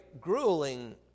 grueling